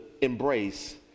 embrace